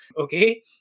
okay